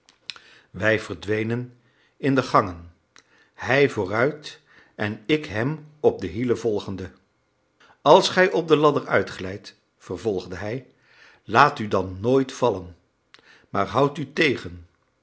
wij verdwenen in de gangen hij vooruit en ik hem op de hielen volgende als gij op de ladder uitglijdt vervolgde hij laat u dan nooit vallen maar houd u tegen